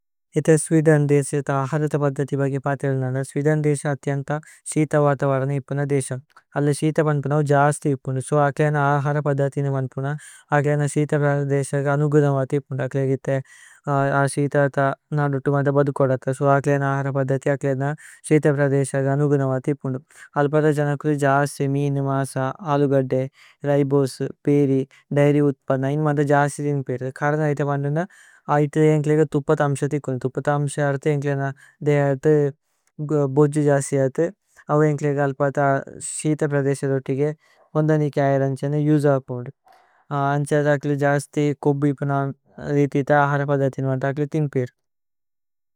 സ്വിധന് ദേസ അഥ്ജന്ത സിതവതവരന ഇപ്പുന। ദേസമ് അല്ല സിതവരന ജസ്തി ഇപ്പുന സോ അക്ലേജന। അഹര പദ്ദതിന ഇപ്പുന അക്ലേജന। സിതവരന ദേസഗ അനുഗുന വതി ഇപ്പുന അക്ലേജഗിത്തേ। സിതവരന നദുതുമത ബദുകോദത സോ അക്ലേജന। അഹര പദ്ദതിന അക്ലേജന സിതവരന ദേസഗ। അനുഗുന വതി ഇപ്പുന അല്ലപദ ജനകുലി ജസ്തി മിന്। മസ അലുഗദ്ദേ രൈബോസ് പേരി ദൈര്യ് ഉത്പന്ന ഇനുമന്ദ। ജസ്തി ദിനു പേരി കരന ഐത ബന്ദന ഐത ജന്കുലേഗ। തുപത് അമ്šഅ തിക്കുന തുപത് അമ്šഅ അര്ത ജന്കുലേഗന। ദേഹത ബോĝഉ ജസി അര്ത അവേ ജന്കുലേഗ। അല്ലപദ സിതവരന പ്രദേസ ദോതികേ ഓന്ദ നേകി അജര। അന്čഏന ജുജ അപുന്ദു അന്čഏന ജസ്തി കോപി ഇപ്പുന ജതി। അഹര പദ്ദതിന അക്ലേ തിന്ഗ് പേരി।